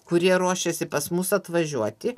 kurie ruošėsi pas mus atvažiuoti